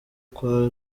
kwa